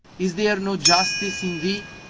is there no justice in thee?